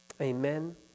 Amen